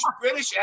british